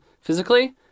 physically